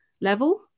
level